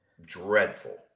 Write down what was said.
Dreadful